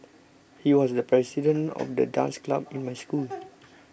he was the president of the dance club in my school